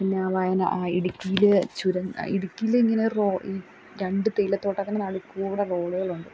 പിന്നെ ആ ഇടുക്കിയില് ചുരം ഇടുക്കിയിലിങ്ങനെ രണ്ട് തേയില തോട്ടത്തിൻ്റെ നടുക്കൂടെ റോഡുകളുണ്ട്